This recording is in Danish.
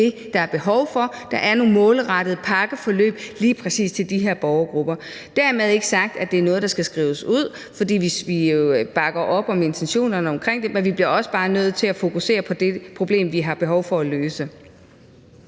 der er behov for: nogle målrettede pakkeforløb lige præcis til de her borgergrupper. Dermed ikke sagt, at det er noget, der skal skrives ud, fordi vi jo bakker op om intentionerne omkring det, men vi bliver også bare nødt til at fokusere på det problem, vi har behov for at løse.